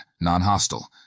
non-hostile